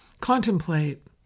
contemplate